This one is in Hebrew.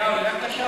נתניהו ילך לשם?